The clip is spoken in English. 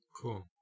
Cool